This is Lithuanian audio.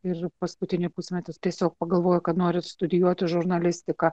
ir paskutinį pusmetį tiesiog pagalvojo kad nori studijuoti žurnalistiką